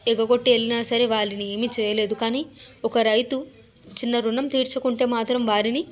ఎగగొట్టి వెళ్ళినా సరే వాళ్ళని ఏం చేయలేదు కానీ ఒక రైతు చిన్న ఋణం తీర్చకుంటే మాత్రం వారిని